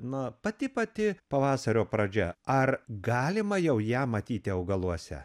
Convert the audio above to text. na pati pati pavasario pradžia ar galima jau ją matyti augaluose